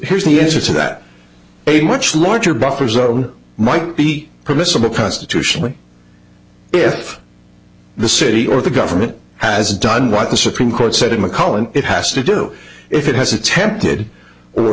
here's the answer to that a much larger buffer zone might be permissible constitutionally if the city or the government has done what the supreme court said mcmullen it has to do if it has attempted or